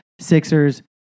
Sixers